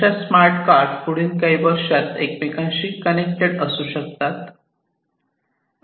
अशा smart car पुढील काही वर्षात एकमेकांशी कनेक्टेड असू शकतात